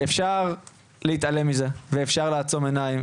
אפשר להתעלם מזה ואפשר לעצום עיניים,